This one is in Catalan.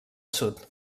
sud